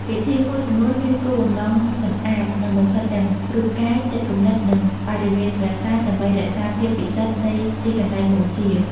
ពិធីមួយចំនួនមានគោលបំណងសម្អាត និងបន្សុទ្ធទាំងរូបកាយ ចិត្តគំនិត និងបរិវេណប្រាសាទ ដើម្បីរក្សាភាពពិសិដ្ឋនៃទីកន្លែងបូជា។